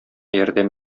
ярдәм